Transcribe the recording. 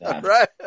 Right